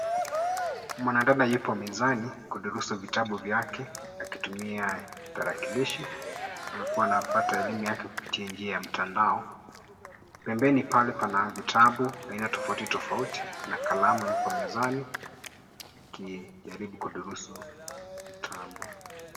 Mwanadada yupo mezani kudurusu vitabu vyake akitumia tarakirishi na kuwa anapata elimu yake kwa kupitia njia ya mtandao. Mbembeni pale pana vitabu aina tofauti tofauti na kalamu ipomezani akijaribu kudurusu vitabu.